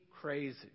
crazy